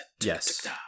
Yes